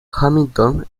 hamilton